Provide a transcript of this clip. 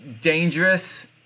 dangerous